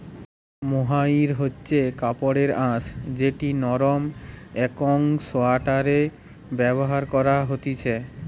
mohair হচ্ছে কাপড়ের আঁশ যেটি নরম একং সোয়াটারে ব্যবহার করা হতিছে